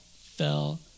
fell